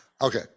okay